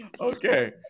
Okay